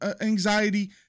anxiety